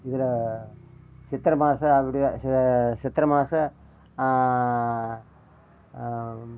இதில் சித்திரை மாதம் அப்படியே சித்திரை மாதம்